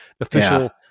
official